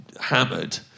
hammered